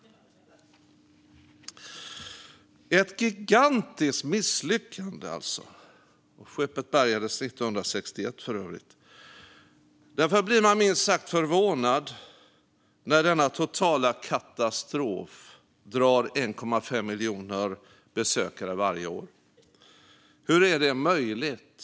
Det var alltså ett gigantiskt misslyckande. Skeppet bärgades för övrigt 1961. Därför blir man minst sagt förvånad när denna totala katastrof drar 1,5 miljoner besökare varje år. Hur är det möjligt?